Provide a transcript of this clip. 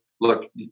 look